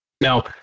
now